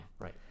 Right